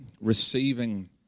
receiving